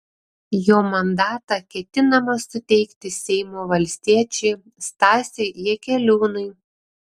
jo mandatą ketinama suteikti seimo valstiečiui stasiui jakeliūnui